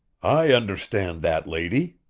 i understand that, lady,